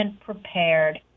prepared